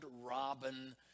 robin